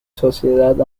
sociedad